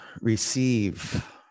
Receive